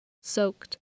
soaked